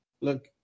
look